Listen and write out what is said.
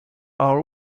are